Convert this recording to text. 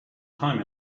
time